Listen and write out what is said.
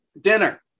dinner